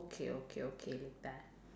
okay okay okay